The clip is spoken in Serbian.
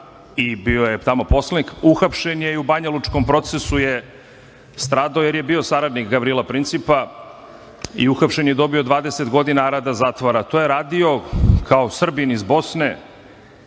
i bio je tamo poslanik. Uhapšen je i u Banjalučkom procesu je stradao, jer je bio saradnik Gavrila Principa i uhapšen je i dobio 20 godina rada zatvora. To je radio kao Srbin iz Bosne,